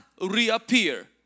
reappear